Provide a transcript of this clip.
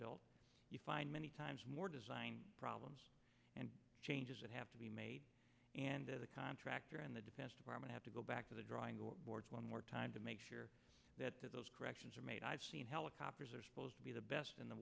built you find many times more design problems and changes that have to be made and the contractor and the defense department have to go back to the drawing boards one more time to make sure that those corrections are made i've seen helicopters are supposed to be the best in the